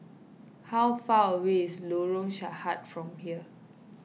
how far away is Lorong Sahad from here